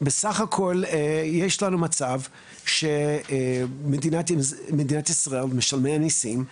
בסך הכול יש לנו מצב שמדינת ישראל, משלמי המסים,